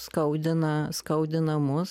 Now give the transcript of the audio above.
skaudina skaudina mus